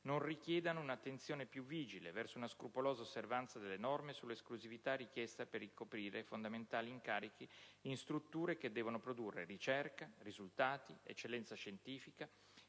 richieda un'attenzione più vigile verso una scrupolosa osservanza delle norme sull'esclusività richiesta per ricoprire fondamentali incarichi in strutture che devono produrre ricerca, risultati, eccellenza scientifica,